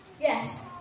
Yes